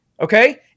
Okay